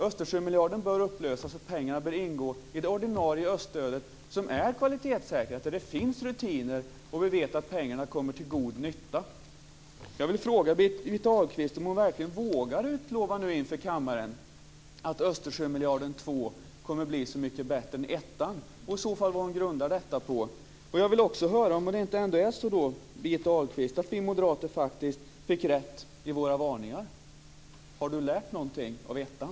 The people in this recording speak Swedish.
Östersjömiljarden bör upplösas och pengarna bör ingå i det ordinarie öststödet, som är kvalitetssäkrat. Där finns det ju rutiner och vi vet att pengarna kommer till god nytta. Vågar Birgitta Ahlqvist inför kammaren verkligen utlova att Östersjömiljarden 2 blir så mycket bättre än ettan och vad grundar hon det i så fall på? Och, Birgitta Ahlqvist, är det ändå inte så att vi moderater fick rätt i våra varningar? Har Birgitta Ahlqvist lärt något av ettan?